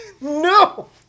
no